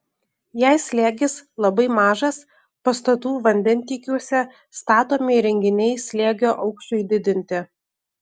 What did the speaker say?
jei slėgis labai mažas pastatų vandentiekiuose statomi įrenginiai slėgio aukščiui didinti